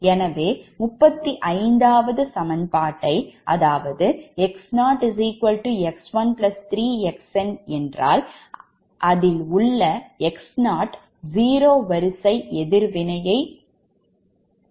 எனவே 35 வது சமன்பாட்டு X0 X1 3Xn என்றால் இதில் உள்ள X0 zero வரிசை எதிர்வினையை நாம் பெறலாம்